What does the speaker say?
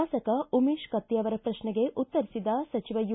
ಶಾಸಕ ಉಮೇಶ್ ಕತ್ತಿ ಅವರ ಪ್ರಕ್ನೆಗೆ ಉತ್ತರಿಸಿದ ಸಚಿವ ಯು